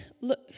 look